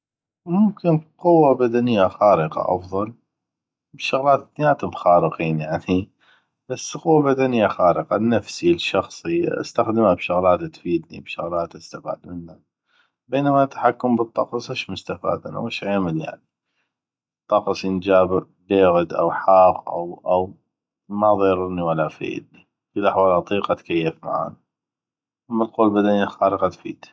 ممكن قوة بدنية خارقة افضل الشغلات اثنيناتم خارقين يعني بس قوة بدنية خارقة لنفسي لشخصي استخدمه بشغلات تفيدني بشغلات استفاد منه بينما التحكم بالطقس اش استفاد اش اعمل يعني الطقس أن جا بيغد أو حاغ أو او ما ضيررني ولا فيدني بكل احوال اطيق اتكيف معانو اما القوة البدنية الخارقة تفيد